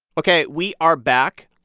ok. we are back.